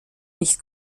nicht